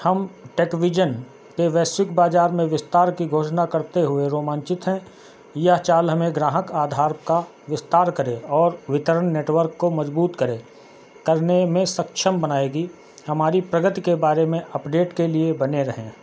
हम टेकविजन के वैश्विक बाज़ार में विस्तार की घोषणा करते हुए रोमांचित हैं यह चाल हमें ग्राहक आधार का विस्तार करें और वितरण नेटवर्क को मज़बूत करें करने में सक्षम बनाएगी हमारी प्रगति के बारे में अपडेट के लिए बने रहें